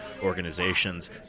organizations